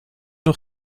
nog